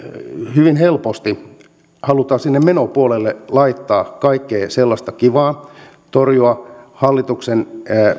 hyvin helposti halutaan sinne menopuolelle laittaa kaikkea sellaista kivaa torjua hallituksen